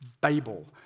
Babel